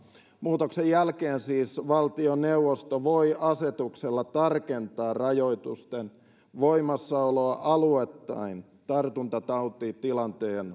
muutoksen jälkeen siis valtioneuvosto voi asetuksella tarkentaa rajoitusten voimassaoloa alueittain tartuntatautitilanteen